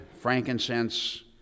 frankincense